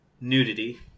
Nudity